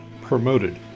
promoted